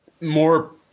more